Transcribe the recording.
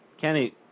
Kenny